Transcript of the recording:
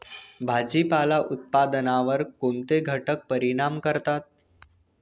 भाजीपाला उत्पादनावर कोणते घटक परिणाम करतात?